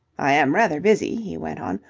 i am rather busy, he went on.